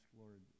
Lord